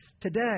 today